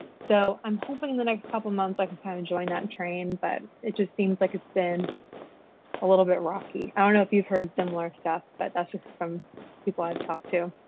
so i'm hoping the next couple months i can kind of join that train but it just seems like it's been a little bit rocky. i don't know if you've heard similar stuff but that's just from people i've talked to.